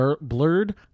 blurred